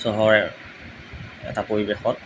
চহৰৰ এটা পৰিৱেশত